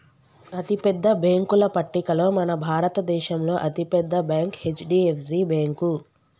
అతిపెద్ద బ్యేంకుల పట్టికలో మన భారతదేశంలో అతి పెద్ద బ్యాంక్ హెచ్.డి.ఎఫ్.సి బ్యేంకు